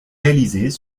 réalisées